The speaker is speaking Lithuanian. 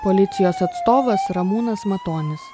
policijos atstovas ramūnas matonis